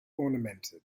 ornamented